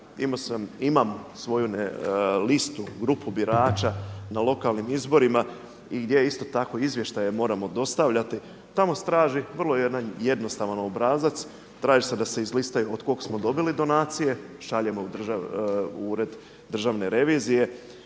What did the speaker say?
imam svoju listu, grupu birača na lokalnim izborima i gdje isto tako izvještaje moramo dostavljati. Tamo se traži jedan vrlo jednostavan obrazac, traži se da se izlistaju od kog smo dobili donacije, šaljemo u Ured državne revizije,